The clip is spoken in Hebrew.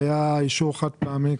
זה היה אישור חד פעמי,